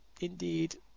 indeed